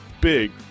big